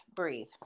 breathe